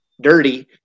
dirty